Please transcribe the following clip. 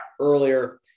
earlier